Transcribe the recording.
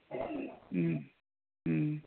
ꯎꯝ ꯎꯝ